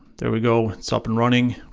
there we go, it's up and running!